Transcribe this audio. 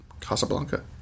Casablanca